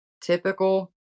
typical